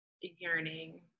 Yearning